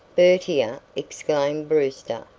bertier, exclaimed brewster,